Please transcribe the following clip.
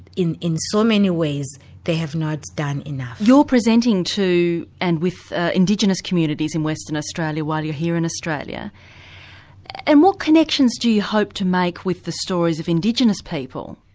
in in so many ways they have not done enough. you're presenting to and with indigenous communities in western australia while you're here in australia and what connections do you hope to make with the stories of indigenous people?